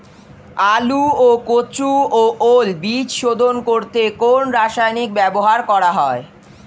আলু ও কচু ও ওল বীজ শোধন করতে কোন রাসায়নিক ব্যবহার করা হয়?